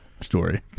story